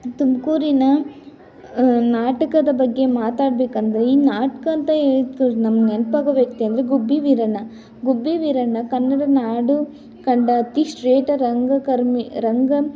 ತುಮಕೂರಿನ ನಾಟಕದ ಬಗ್ಗೆ ಮಾತಾಡ್ಬೇಕಂದ್ರೆ ಈ ನಾಟಕ ಅಂತ ಹೇಳಿ ನಮ್ಗೆ ನೆನಪಾಗೋ ವ್ಯಕ್ತಿ ಅಂದರೆ ಗುಬ್ಬಿ ವೀರಣ್ಣ ಗುಬ್ಬಿ ವೀರಣ್ಣ ಕನ್ನಡ ನಾಡು ಕಂಡ ಅತೀ ಶ್ರೇಷ್ಠ ರಂಗಕರ್ಮಿ ರಂಗ